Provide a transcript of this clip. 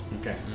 Okay